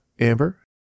Amber